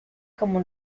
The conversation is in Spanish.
como